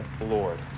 Lord